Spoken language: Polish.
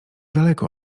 daleko